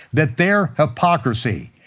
that their hypocrisy,